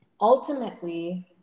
ultimately